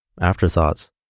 Afterthoughts